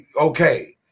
okay